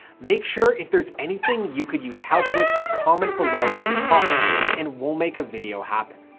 make sure if there's anything you could use help with, to comment below with the topic and we'll make a video happen.